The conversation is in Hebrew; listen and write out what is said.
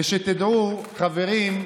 ושתדעו, חברים,